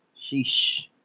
Sheesh